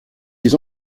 des